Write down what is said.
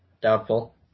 Doubtful